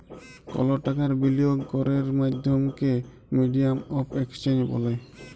call টাকার বিলিয়গ ক্যরের মাধ্যমকে মিডিয়াম অফ এক্সচেঞ্জ ব্যলে